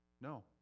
No